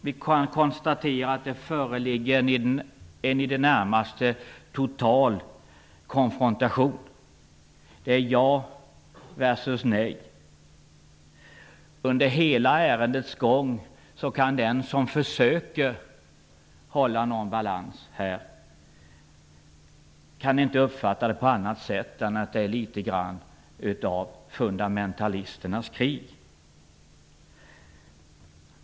Vi kan konstatera att det föreligger en i det närmaste total konfrontation. Det är ''ja'' versus ''nej''. Under ärendets gång har den som försökt hålla någon balans inte kunnat uppfatta det på annat sätt än att det är litet grand av fundamentalisternas krig.